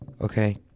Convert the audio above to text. okay